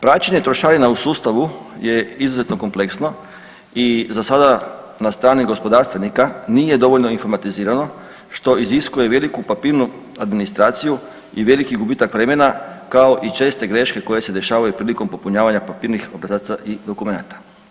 Praćenje trošarina u sustavu je izuzetno kompleksno i za sada na strani gospodarstvenika nije dovoljno informatizirano, što iziskuje veliku papirnu administraciju i veliki gubitak vremena kao i česte greške koje se dešavaju prilikom popunjavanja papirnih obrazaca i dokumenata.